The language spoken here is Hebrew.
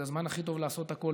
זה הזמן הכי טוב לעשות הכול,